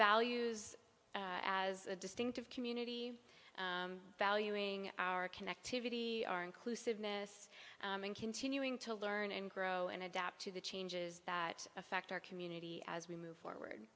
values as a distinctive community valuing our connectivity our inclusiveness and continuing to learn and grow and adapt to the changes that affect our community as we move forward